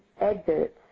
adverts